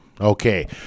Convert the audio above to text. Okay